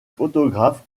photographe